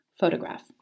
Photograph